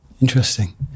Interesting